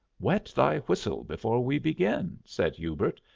wet thy whistle before we begin, said hubert,